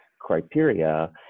criteria